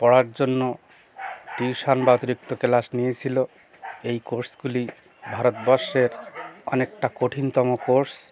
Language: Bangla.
পড়ার জন্য টিউশান বা অতিরক্ত কেলাস নিয়েছিল এই কোর্সগুলি ভারতবর্ষের অনেকটা কঠিনতম কোর্স